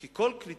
כי כל קליטת